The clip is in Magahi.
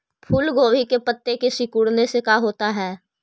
फूल गोभी के पत्ते के सिकुड़ने से का होता है?